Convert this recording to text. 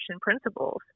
principles